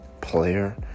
player